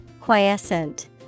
Quiescent